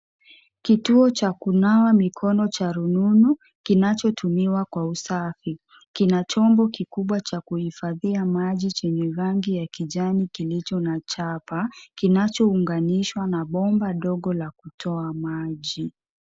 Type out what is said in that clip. Kituo cha kunawa mikono cha rununu kinachotumiwa kwa usafi. Kina chombo kikubwa cha kuhifadhia maji chenye rangi ya kijani kilicho na chapa, kinachounganishwa na bomba dogo la kutoa maji.